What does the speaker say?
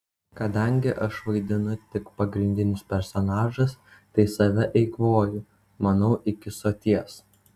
kadangi aš vaidinu tik pagrindinius personažus tai save eikvoju manau iki soties